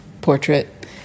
portrait